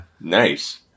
Nice